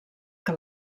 que